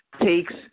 takes